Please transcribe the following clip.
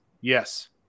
Yes